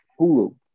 Hulu